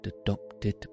adopted